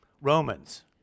Romans